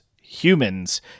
humans